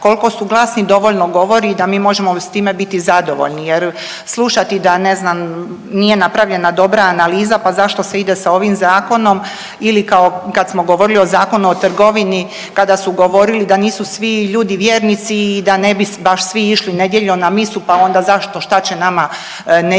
koliko su glasni dovoljno govori da mi možemo s time biti zadovoljni jer slušati da ne znam nije napravljena dobra analiza pa zašto se ide sa ovim zakonom ili kao kad smo govorili o Zakonu o trgovini kada su govorili da nisu svi ljudi vjernici i da ne bi baš svi išli u nedjelju na misu pa ona zašto, šta će nama nedjelja